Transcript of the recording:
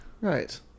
Right